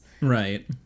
Right